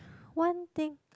one thing